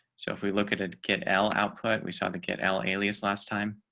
so if we look at it, get l output we saw the kid l alias last time.